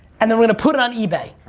and then we're gonna put it on ebay.